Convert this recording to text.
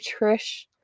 Trish